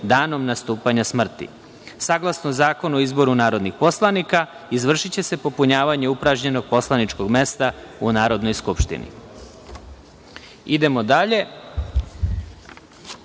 danom nastupanja smrti. Saglasno Zakonu o izboru narodnih poslanika izvršiće se popunjavanje upražnjenog poslaničkog mesta u Narodnoj skupštini. Reč ima